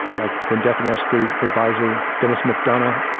like the deputy security adviser, denis mcdonough,